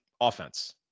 offense